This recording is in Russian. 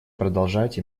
продолжать